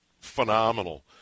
phenomenal